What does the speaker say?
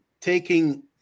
taking